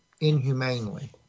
inhumanely